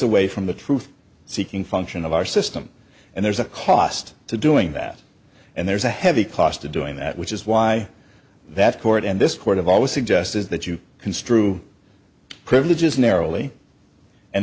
away from the truth seeking function of our system and there's a cost to doing that and there's a heavy cost to doing that which is why that court and this court of always suggest is that you construe privileges narrowly and